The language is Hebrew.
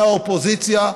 מהאופוזיציה,